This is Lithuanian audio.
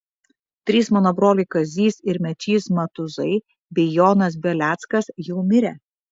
trys mano broliai kazys ir mečys matuzai bei jonas beleckas jau mirę